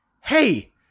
hey